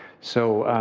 so,